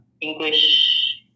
English